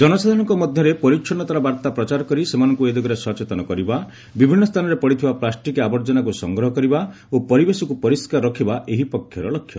ଜନସାଧାରଣଙ୍କ ମଧ୍ୟରେ ପରିଚ୍ଚନ୍ନତାର ବାର୍ତ୍ତା ପ୍ରଚାର କରି ସେମାନଙ୍କୁ ଏ ଦିଗରେ ସଚେତନ କରିବା ବିଭିନ୍ନ ସ୍ଥାନରେ ପଡ଼ିଥିବା ପ୍ଲାଷ୍ଟିକ୍ ଆବର୍ଜନାକୁ ସଂଗ୍ରହ କରିବା ଓ ପରିବେଶକୁ ପରିଷ୍କାର ରଖିବା ଏହି ପକ୍ଷର ଲକ୍ଷ୍ୟ